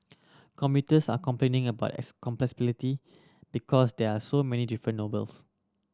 commuters are complaining about because there are so many different